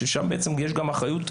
ששם בעצם יש אחריות.